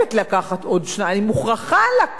אני מוכרחה לקחת עוד שניים,